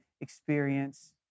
experience